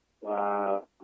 Wow